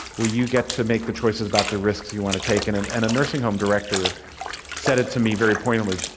where you get to make the choices about the risks you want to take. and and and a nursing home director said it to me very poignantly,